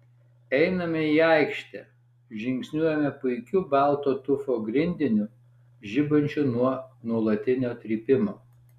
einame į aikštę žingsniuojame puikiu balto tufo grindiniu žibančiu nuo nuolatinio trypimo